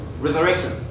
Resurrection